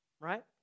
right